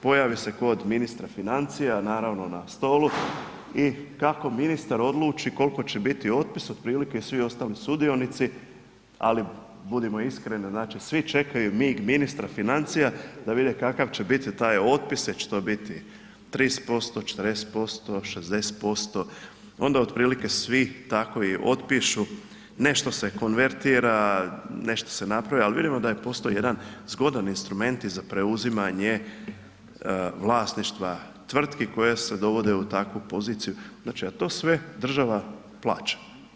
Pojave se kod ministra financija, naravno, na stolu i kako ministar odluči, koliko će biti otpis, otprilike i svi ostali sudionici, ali budimo iskreni, svi čekaju… …ali budimo ali budimo iskreni, znači svi čekaju mig ministra financija da vide kakav će biti taj otpis, jel će to biti 30%, 40%, 60%, onda otprilike svi tako i otpišu, nešto se konvertira, nešto se napravi ali vidimo da postoji jedan zgodan instrument i za preuzimanje vlasništva tvrtki koje se dovode u takvu poziciju, znači a to sve država plaća.